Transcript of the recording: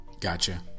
gotcha